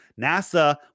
NASA